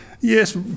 Yes